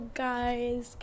guys